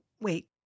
wait